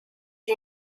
you